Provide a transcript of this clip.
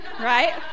right